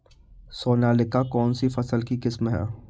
सोनालिका कौनसी फसल की किस्म है?